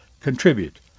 contribute